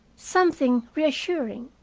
something reassuring.